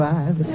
Five